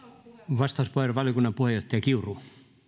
vastauspuheenvuoro valiokunnan puheenjohtaja kiuru arvoisa puhemies